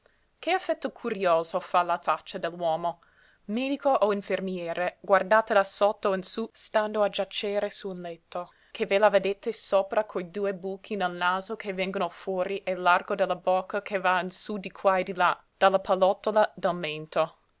che effetto curioso fa la faccia dell'uomo medico o infermiere guardata da sotto in sú stando a giacere su un letto che ve la vedete sopra coi due buchi del naso che vengono fuori e l'arco della bocca che va in sú di qua e di là dalla pallottola del mento